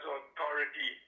authority